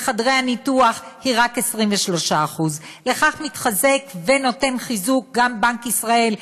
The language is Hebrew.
בחדרי הניתוח היא רק 23%. לכך נותן חיזוק גם בנק ישראל,